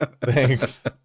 Thanks